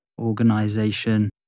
organization